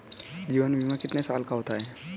जीवन बीमा कितने साल का होता है?